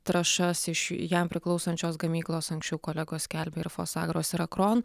trąšas iš jam priklausančios gamyklos anksčiau kolegos skelbė ir fosagros ir akron